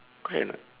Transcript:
correct or not